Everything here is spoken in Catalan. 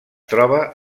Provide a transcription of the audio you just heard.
troba